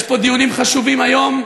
יש פה דיונים חשובים היום,